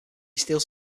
steals